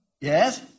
Yes